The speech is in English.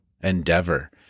endeavor